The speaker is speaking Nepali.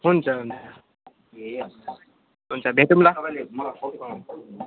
हुन्छ हुन्छ हुन्छ भेटौँ ल